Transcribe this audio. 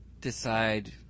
decide